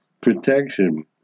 protection